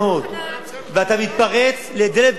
ואתה מתפרץ לדלת פתוחה.